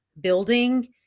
building